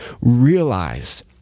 realized